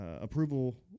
approval